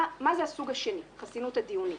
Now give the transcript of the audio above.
מה זה הסוג השני, החסינות הדיונית?